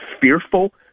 fearful